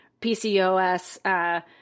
PCOS